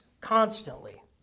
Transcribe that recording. constantly